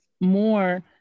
more